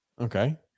Okay